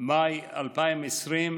מאי 2020,